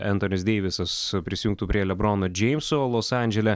entonis deivisas prisijungtų prie lebrono džeimso los andžele